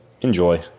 enjoy